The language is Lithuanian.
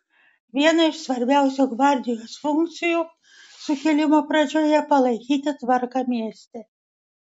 viena iš svarbiausių gvardijos funkcijų sukilimo pradžioje palaikyti tvarką mieste